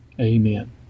Amen